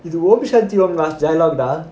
இது:ithu om shanthi om leh வந்த:vantha dialogue dah